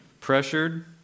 pressured